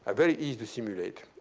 ah very easy to simulate.